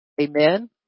Amen